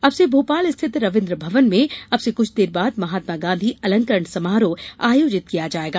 अब से भोपाल स्थित रवीन्द्र भवन में अब से कुछ देर बाद महात्मा गांधी अलंकरण समारोह आयोजित किया जाएगा